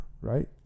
right